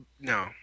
No